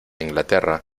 inglaterra